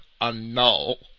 annul